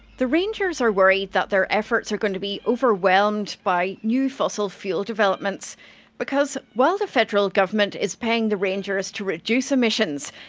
the rangers are worried that their efforts are going to be overwhelmed by new fossil fuel developments because, while the federal government is paying the rangers to reduce emissions,